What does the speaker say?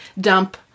dump